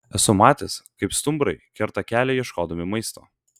esu matęs kaip stumbrai kerta kelią ieškodami maisto